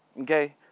Okay